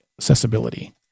accessibility